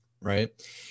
right